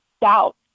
doubt